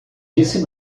disse